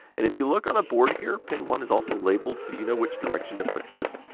and if you look on the board here, pin one is also labeled so you know which direction to put this.